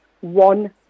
one